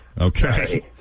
Okay